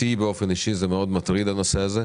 אותי באופן אישי מטריד מאוד הנושא הזה,